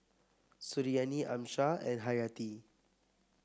Suriani Amsyar and Hayati